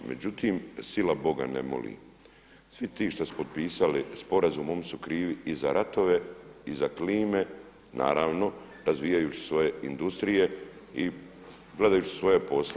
Međutim sila Boga ne moli, svi ti koji su potpisali sporazum oni su krivi i za ratove i za klime, naravno razvijajući svoje industrije i gledajući svoja posla.